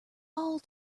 all